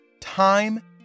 Time